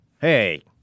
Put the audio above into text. hey